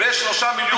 ב-3 מיליון דולר,